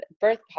birth